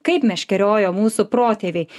kaip meškeriojo mūsų protėviai